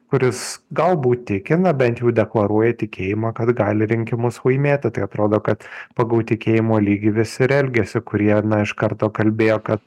kuris galbūt tikina bent jau deklaruoja tikėjimą kad gali rinkimus laimėti tai atrodo kad pagal tikėjimo lygį visi ir elgesį kurie iš karto kalbėjo kad